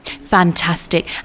Fantastic